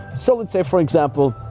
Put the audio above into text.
so let's say for example,